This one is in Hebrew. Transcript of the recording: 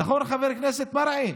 נכון, חבר הכנסת מרעי?